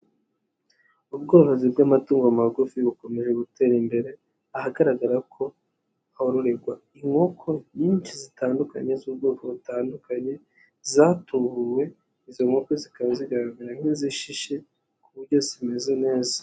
Ubworozi bw'amatungo magufi bukomeje gutera imbere ahagaragara ko hororegwa inkoko nyinshi zitandukanye z'ubwoko butandukanye zatubuwe, izo nkoko zikaba zigaragara nk'izishishe ku buryo zimeze neza.